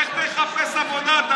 לך תחפש עבודה.